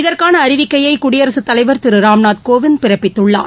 இதற்கான அறிவிக்கையை குடியரசுத் தலைவர் திரு ராம்நாத் கோவிந்த் பிறப்பித்துள்ளார்